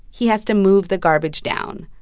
he has to move the garbage down.